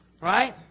right